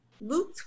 Luke